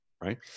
Right